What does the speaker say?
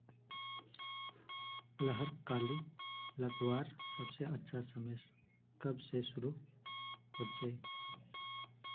लहर कली लगवार सबसे अच्छा समय कब से शुरू होचए?